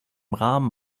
rahmen